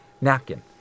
napkin